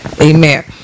Amen